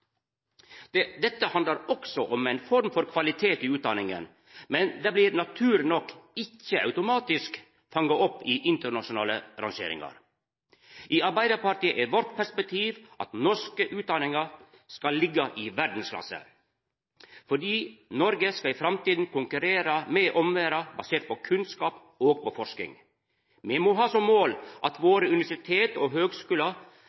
kunnskap. Dette handlar også om ei form for kvalitet i utdanninga. Det blir naturleg nok ikkje automatisk fanga opp i internasjonale rangeringar. I Arbeidarpartiet er vårt perspektiv at norske utdanningar skal liggja i verdsklasse, for Noreg skal i framtida konkurrera med omverda basert på kunnskap og forsking. Me må ha som mål at våre universitet og høgskular